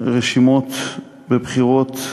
רשימות בבחירות מקומיות,